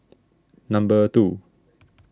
number two